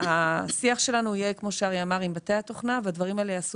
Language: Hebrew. כמו שאריה אמר השיח שלנו יהיה עם בתי התוכנה והדברים האלה ייעשו